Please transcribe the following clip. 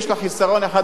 יש לה חיסרון אחד,